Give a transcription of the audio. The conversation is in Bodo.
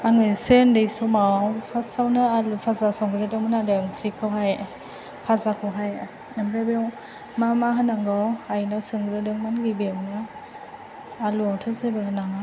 आङो एसे उन्दै समाव फासावनो आलु फाजा संग्रोदोंमोन आरो ओंख्रिखौहाय फाजाखौहाय ओमफ्राय बेव मा मा होनांगौ आइनाव सोंग्रोदोंमोन गिबियावनो आलुवाथ' जेबो होनाङा